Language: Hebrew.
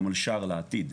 גם על שער לעתיד,